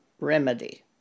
remedy